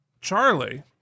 Charlie